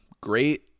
great